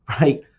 right